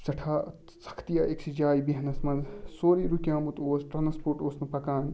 سٮ۪ٹھاہ سَختی آیہِ أکِۍ سٕے جایہِ بیٚہنَس منٛز سورُے رُکیٛومُت اوس ٹرٛانَسپوٹ اوس نہٕ پَکان